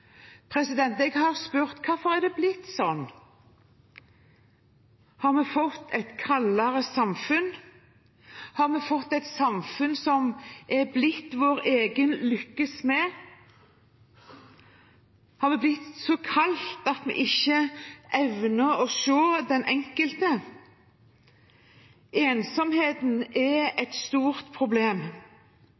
Jeg har spurt hvorfor det har blitt slik. Har vi fått et kaldere samfunn? Har vi fått et samfunn der man er blitt sin egen lykkes smed? Har det blitt så kaldt at vi ikke evner å se den enkelte? Ensomheten er et stort problem,